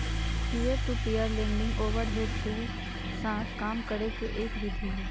peer to peer lending overhead के साथ काम करे के एक विधि हई